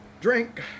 Drink